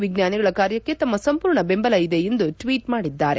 ವಿಜ್ಞಾನಿಗಳ ಕಾರ್ಯಕ್ಕೆ ತಮ್ಮ ಸಂಪೂರ್ಣ ಬೆಂಬಲ ಇದೆ ಎಂದು ಟ್ವೀಟ್ ಮಾಡಿದ್ದಾರೆ